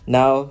Now